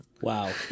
Wow